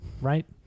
Right